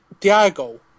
Diago